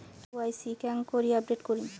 KYC কেঙ্গকরি update করিম?